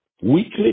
Weekly